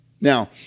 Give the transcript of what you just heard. Now